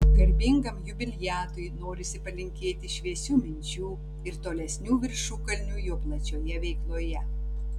garbingam jubiliatui norisi palinkėti šviesių minčių ir tolesnių viršukalnių jo plačioje veikloje